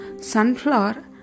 sunflower